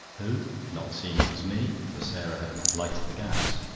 who, not seeing it was me, for sarah had not lighted the gas,